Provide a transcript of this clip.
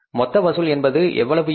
மொத்த வசூல் என்பது எவ்வளவு இருக்கும்